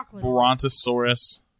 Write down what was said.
brontosaurus